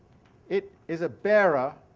it is a bearer